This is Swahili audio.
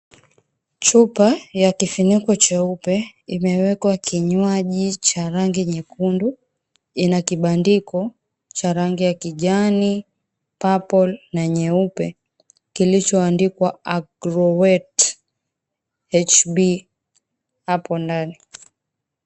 Chupa ya kifuniko cheupe imeekwa kinywaji cha rangi nyekundu ina kibandiko cha rangi ya kijani, purple ,nyeupe kilichoandikwa Arorwet HB hapo ndani.